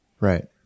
Right